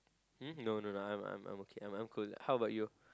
um no no I'm I'm I'm okay I'm cool how about you